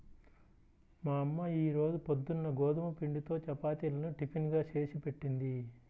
మా అమ్మ ఈ రోజు పొద్దున్న గోధుమ పిండితో చపాతీలను టిఫిన్ గా చేసిపెట్టింది